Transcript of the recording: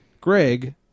Greg